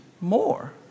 more